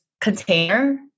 container